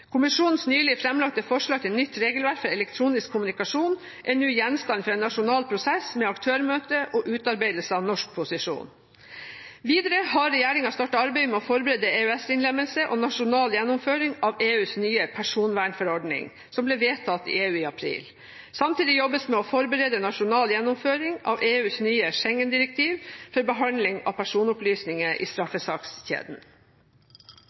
Kommisjonens nylig framlagte forslag til nytt regelverk for elektronisk kommunikasjon er nå gjenstand for en nasjonal prosess med aktørmøte og utarbeidelse av norsk posisjon. Videre har regjeringen startet arbeidet med å forberede EØS-innlemmelse og nasjonal gjennomføring av EUs nye personvernforordning, som ble vedtatt i EU i april. Samtidig jobbes det med å forberede nasjonal gjennomføring av EUs nye Schengen-direktiv for behandling av personopplysninger i